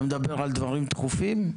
אתה מדבר על דברים דחופים,